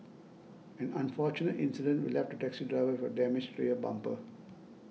an unfortunate incident will left a taxi driver with a damaged rear bumper